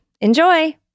Enjoy